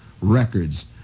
records